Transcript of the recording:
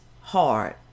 hard